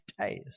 days